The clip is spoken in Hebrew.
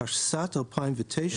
התשס"ט-2009